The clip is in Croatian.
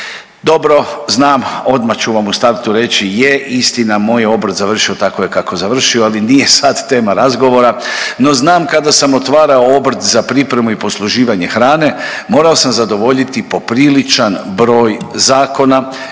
Dobro znam, odmah ću vam u startu reći je istina moj je obrt završio tako kako je završio, ali nije sad tema razgovora, no znam kada sam otvarao obrt za pripremu i posluživanje hrane morao sam zadovoljiti popriličan broj zakona